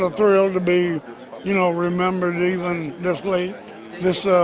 ah thrill to be you know remembered even this late this ah.